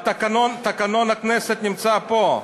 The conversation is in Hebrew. תקנון הכנסת נמצא פה,